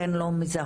אתן לא מזהות.